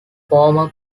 former